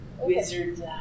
Wizard